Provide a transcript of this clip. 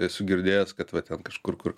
esu girdėjęs kad va ten kažkur kur